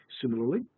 Similarly